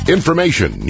Information